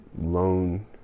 lone